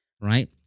right